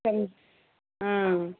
சரி ஆ